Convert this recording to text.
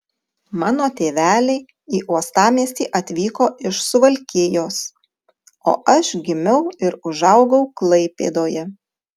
mano tėveliai į uostamiestį atvyko iš suvalkijos o aš gimiau ir užaugau klaipėdoje